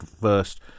first